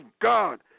God